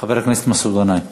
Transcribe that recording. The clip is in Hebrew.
חבר הכנסת מסעוד גנאים.